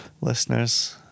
Listeners